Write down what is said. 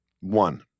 One